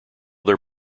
their